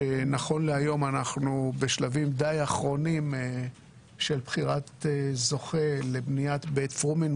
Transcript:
שנכון להיום אנחנו בשלבים די אחרונים של בחירת זוכה לבניית בית פרומין,